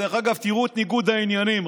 תראו את ניגוד העניינים,